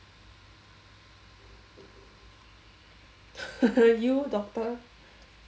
you doctor